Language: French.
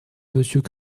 monsieur